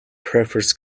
prefers